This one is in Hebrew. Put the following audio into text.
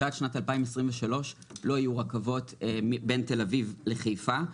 שעד שנת 2023 לא יהיו רכבות בין תל אביב לחיפה.